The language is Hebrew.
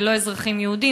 ולא אזרחים יהודים.